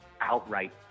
outright